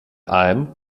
alm